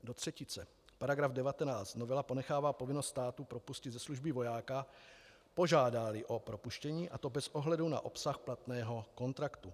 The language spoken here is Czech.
Do třetice: § 19 novela ponechává povinnost státu propustit ze služby vojáka, požádáli o propuštění, a to bez ohledu na obsah platného kontraktu.